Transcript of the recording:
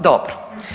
Dobro.